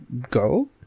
go